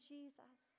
Jesus